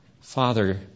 Father